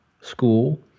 school